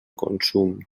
consum